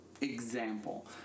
example